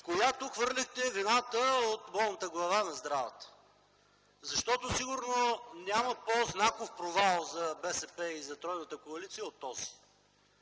на която хвърлихте вината от болната глава на здравата. Защото сигурно няма по-знаков провал за БСП и за тройната коалиция от този.